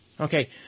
Okay